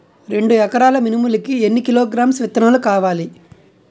రెండు ఎకరాల మినుములు కి ఎన్ని కిలోగ్రామ్స్ విత్తనాలు కావలి?